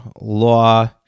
Law